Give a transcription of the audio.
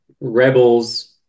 Rebels